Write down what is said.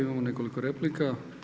Imamo nekoliko replika.